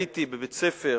הייתי בבית-ספר